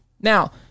Now